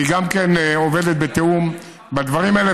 והיא גם כן עובדת בתיאום בדברים האלה.